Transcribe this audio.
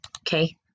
okay